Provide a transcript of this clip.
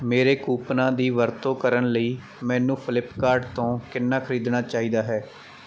ਮੇਰੇ ਕੂਪਨਾਂ ਦੀ ਵਰਤੋਂ ਕਰਨ ਲਈ ਮੈਨੂੰ ਫਲਿੱਪਕਾਰਟ ਤੋਂ ਕਿੰਨਾ ਖ਼ਰੀਦਣਾ ਚਾਹੀਦਾ ਹੈ